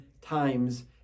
times